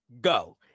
go